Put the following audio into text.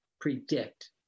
predict